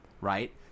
right